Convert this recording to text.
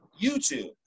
YouTube